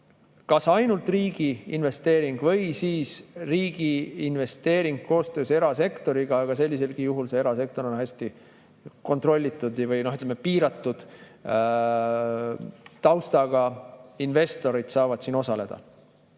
ainult riigi investeering või siis riigi investeering koostöös erasektoriga. Aga sel juhul on see erasektor hästi kontrollitud, ja ütleme, piiratud taustaga investorid saavad osaleda.